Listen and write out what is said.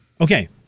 Okay